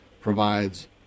provides